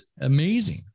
amazing